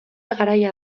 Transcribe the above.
garaia